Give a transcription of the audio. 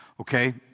Okay